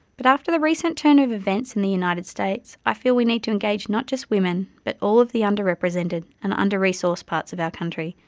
but after the recent turn of events in the united states, i feel that we need to engage not just women, but all of the underrepresented and underresourced parts of our country,